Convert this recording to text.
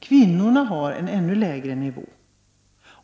Kvinnorna har en ännu lägre utbildningsnivå.